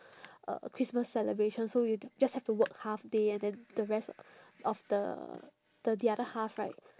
uh christmas celebration so you d~ just have to work half day and then the rest of the the the other half right